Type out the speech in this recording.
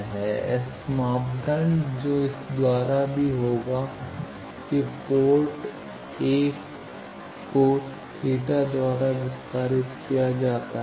S मापदंड जो इस द्वारा भी होगा कि पोर्ट 1 को थीटा द्वारा विस्तारित किया जाता है